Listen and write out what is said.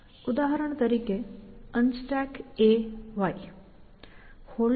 ઉદાહરણ તરીકે UnstackAy